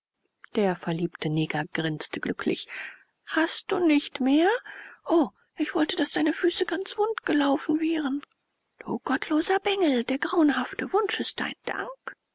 der verliebte neger grinste glücklich hast du nicht mehr o ich wollte daß deine füße ganz wund gelaufen wären du gottloser bengel der grauenhafte wunsch ist dein dank